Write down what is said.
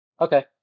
Okay